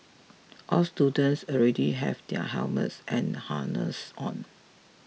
all students already have their helmets and harnesses on